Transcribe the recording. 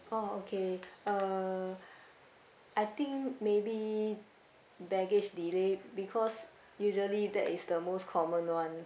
oh okay uh I think maybe baggage delay because usually that is the most common [one]